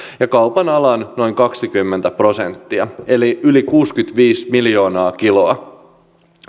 ja kaupan alan noin kaksikymmentä prosenttia eli yli kuusikymmentäviisi miljoonaa kiloa